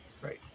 Right